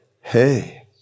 hey